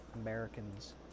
Americans